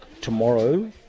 tomorrow